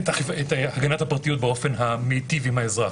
הגנת הפרטיות באופן המיטיב עם האזרח.